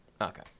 Okay